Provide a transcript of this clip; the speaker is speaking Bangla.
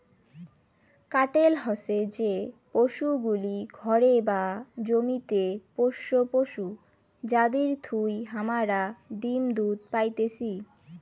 কাটেল হসে যে পশুগুলি ঘরে বা জমিতে পোষ্য পশু যাদির থুই হামারা ডিম দুধ পাইতেছি